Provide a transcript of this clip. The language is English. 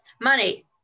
money